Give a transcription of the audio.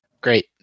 great